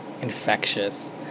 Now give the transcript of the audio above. infectious